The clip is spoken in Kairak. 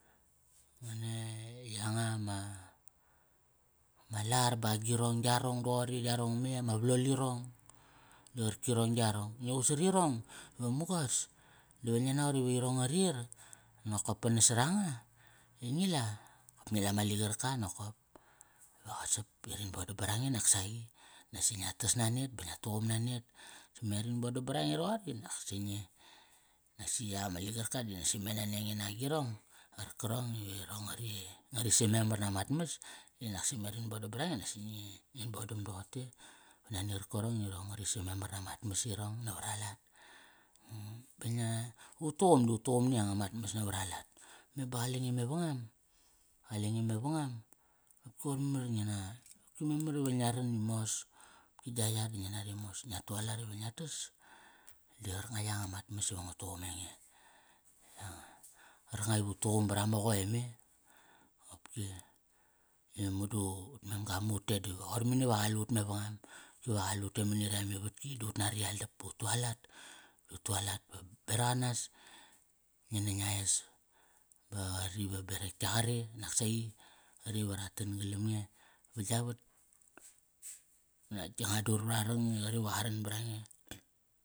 Ngani yanga ma, ma lar ba agirong yarong doqori yarong me ama valol irong. Di qarkanga yarong, ngi qut sarirong, ve mugas, dive ngia naqot ive irong ngari ir, nokop pa nasaranga, i ngi la, kop ngi la ma ligarka nokop. Iva qa sap, i rin boda brange nak saqi. Nasi ngia tas nanet ba ngia tuqum nanet. Si me rin bodam brange roqori di naksi ngi, nasi yak ama ligarka di naksi me nania nge nagirong, qarkarong i irong ngari, ngari sam memer namat mas, di nasi me rin boda brange di nasi ngi, ngin bodam doqote. Nani qarkarong i irong ngari sam memar namat mas irong navara lat. ba ngia, ut tuqum di ut tuqum ni yanga mat mas navara lat. Me ba qale nge mevangam, qale nge mevangam, dopki qoir memar i ngi na, opki memar i ngia ran i mos. Opki gia yar di ngi nari mos. Ngia tualat ive ngia tas, di qarkanga yanga mat mas ive nge tuqum e nge. Yanga, qarkanga iva ut tuqum barama qoe me. Qopki, i mudu ut mem ga mu ut te di qoir mani ve qalut mavangam. Ki va qalut te mani retk amivatki da ut nari aldap ba u tualat, da ut tualat va berak anas, ngi na ngia es. Ba qari va berak gia qare nak saqi. Qari va ra tan galam nge va gia vat. Unak gia nga dur vra arang i qri va qa ran brange.